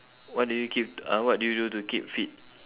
what do you keep uh what do you do to keep fit